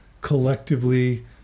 collectively